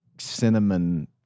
Cinnamon